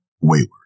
wayward